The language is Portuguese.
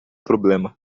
problema